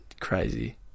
crazy